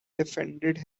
defended